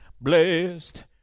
blessed